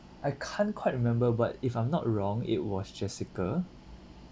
I can't quite remember but if I'm not wrong it was jessica